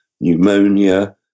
pneumonia